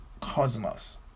cosmos